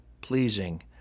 pleasing